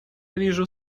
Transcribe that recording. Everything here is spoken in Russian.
вижу